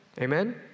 Amen